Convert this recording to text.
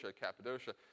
Cappadocia